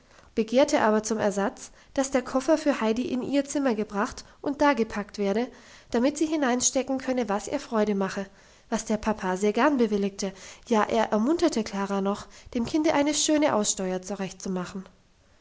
begehrte aber zum ersatz dass der koffer für heidi in ihr zimmer gebracht und da gepackt werde damit sie hineinstecken könne was ihr freude mache was der papa sehr gern bewilligte ja er ermunterte klara noch dem kinde eine schöne aussteuer zurechtzumachen